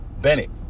Bennett